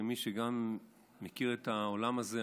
כמי שגם מכיר את העולם הזה,